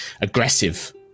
aggressive